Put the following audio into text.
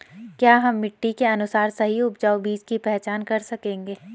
क्या हम मिट्टी के अनुसार सही उपजाऊ बीज की पहचान कर सकेंगे?